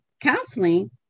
counseling